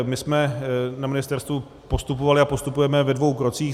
My jsme na ministerstvu postupovali a postupujeme ve dvou krocích.